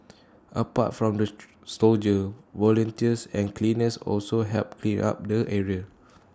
apart from the soldiers volunteers and cleaners also helped clean up the area